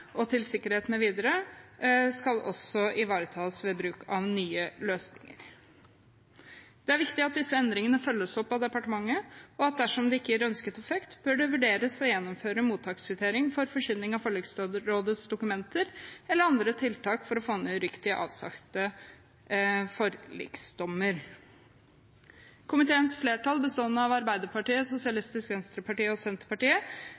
til sikkerhet mv., skal også ivaretas ved bruk av nye løsninger. Det er viktig at disse endringene følges opp av departementet, og at det, dersom de ikke gir ønsket effekt, bør vurderes å gjeninnføre mottakskvittering for forkynning av forliksrådets dokumenter eller andre tiltak for å få ned tallet på uriktig avsagte forliksdommer. Komiteens flertall, bestående av Arbeiderpartiet, SV og Senterpartiet,